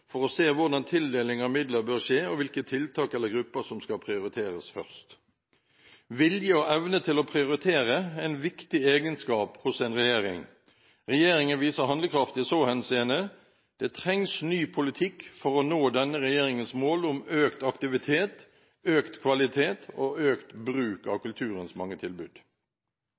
for å se hvordan tildeling av midler bør skje, og hvilke tiltak eller grupper som skal prioriteres først. Vilje og evne til å prioritere er en viktig egenskap hos en regjering. Regjeringen viser handlekraft i så henseende. Det trengs ny politikk for å nå denne regjeringens mål om økt aktivitet, økt kvalitet og økt bruk av